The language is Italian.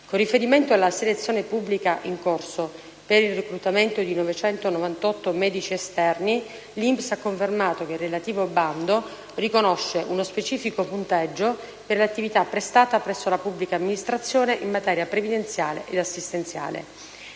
Con riferimento alla selezione pubblica in corso per il reclutamento di 998 medici esterni, l'INPS ha confermato che il relativo bando riconosce uno specifico punteggio per l'attività prestata presso la pubblica amministrazione in materia previdenziale ed assistenziale.